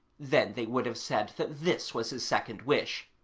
then they would have said that this was his second wish.